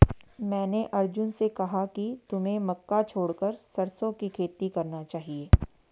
मैंने अर्जुन से कहा कि तुम्हें मक्का छोड़कर सरसों की खेती करना चाहिए